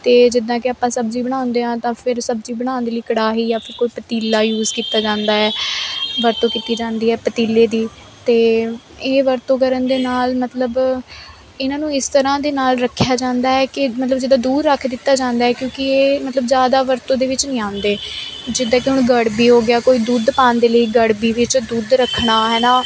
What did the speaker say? ਅਤੇ ਜਿੱਦਾਂ ਕਿ ਆਪਾਂ ਸਬਜੀ ਬਣਾਉਂਦੇ ਹਾਂ ਤਾਂ ਫਿਰ ਸਬਜੀ ਬਣਾਉਣ ਦੇ ਲਈ ਕੜਾਹੀ ਜਾਂ ਫਿਰ ਕੋਈ ਪਤੀਲਾ ਯੂਸ ਕੀਤਾ ਜਾਂਦਾ ਹੈ ਵਰਤੋਂ ਕੀਤੀ ਜਾਂਦੀ ਹੈ ਪਤੀਲੇ ਦੀ ਅਤੇ ਇਹ ਵਰਤੋਂ ਕਰਨ ਦੇ ਨਾਲ ਮਤਲਬ ਇਹਨਾਂ ਨੂੰ ਇਸ ਤਰ੍ਹਾਂ ਦੇ ਨਾਲ ਰੱਖਿਆ ਜਾਂਦਾ ਹੈ ਕਿ ਮਤਲਬ ਜਿੱਦਾਂ ਦੂਰ ਰੱਖ ਦਿੱਤਾ ਜਾਂਦਾ ਏ ਕਿਉਂਕਿ ਇਹ ਮਤਲਬ ਜ਼ਿਆਦਾ ਵਰਤੋਂ ਦੇ ਵਿੱਚ ਨਹੀਂ ਆਉਂਦੇ ਜਿੱਦਾਂ ਕਿ ਹੁਣ ਗੜਵੀ ਹੋ ਗਿਆ ਕੋਈ ਦੁੱਧ ਪਾਉਣ ਦੇ ਲਈ ਗੜਵੀ ਵਿੱਚ ਦੁੱਧ ਰੱਖਣਾ ਹੈ ਨਾ